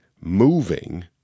moving